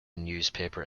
newspaper